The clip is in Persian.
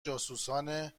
جاسوسان